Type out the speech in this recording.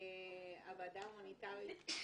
הוועדה ההומניטרית,